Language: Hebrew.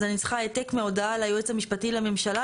אז אני צריכה העתק מההודעה ליועץ המשפטי לממשלה,